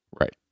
Right